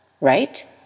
Right